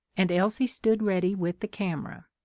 and elsie stood ready with the camera.